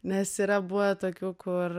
nes yra buvę tokių kur